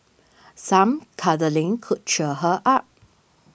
some cuddling could cheer her up